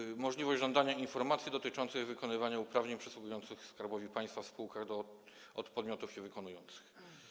Chodzi o możliwość żądania informacji dotyczących wykonywania uprawnień przysługujących Skarbowi Państwa w spółkach od podmiotów je wykonujących.